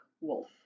wolf